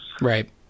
right